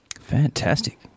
Fantastic